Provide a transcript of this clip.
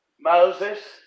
Moses